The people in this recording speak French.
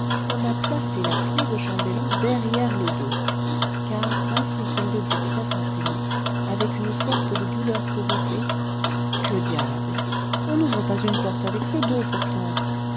on a placé la clef de chambellan derrière le dos car ainsi qu'il le dit très sensément avec une sorte de douleur courroucée que diable on n'ouvre pas une porte avec le dos pourtant